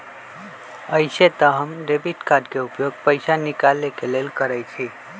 अइसे तऽ हम डेबिट कार्ड के उपयोग पैसा निकाले के लेल करइछि